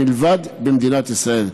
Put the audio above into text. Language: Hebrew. מלבד במדינת ישראל.